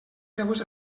seues